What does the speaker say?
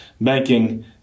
banking